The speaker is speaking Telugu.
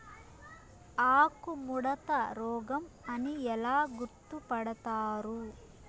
ఆకుముడత రోగం అని ఎలా గుర్తుపడతారు?